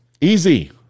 Easy